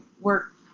work